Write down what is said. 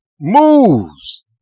moves